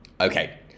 Okay